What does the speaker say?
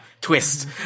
Twist